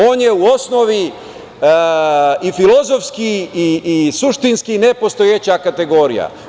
On je u osnovi i filozofski i suštinski nepostojeća kategorija.